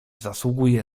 zasługuje